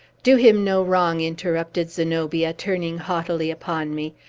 do him no wrong, interrupted zenobia, turning haughtily upon me.